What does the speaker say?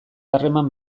harreman